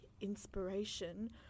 inspiration